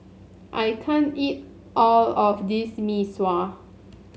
I can't eat all of this Mee Sua